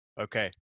Okay